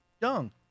young